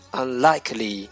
unlikely